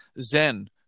Zen